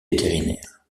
vétérinaires